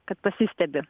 kad pasistebi